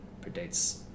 predates